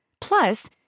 Plus